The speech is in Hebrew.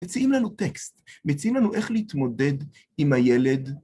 מציעים לנו טקסט, מציעים לנו איך להתמודד עם הילד.